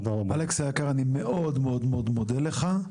אלכס היקר אני מאוד מאוד מודה לך,